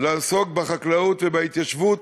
לעסוק בחקלאות ובהתיישבות